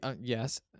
yes